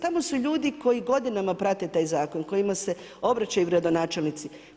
Tamo su ljudi koji godinama prate taj zakon, kojima se obraćaju gradonačelnici.